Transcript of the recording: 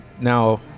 now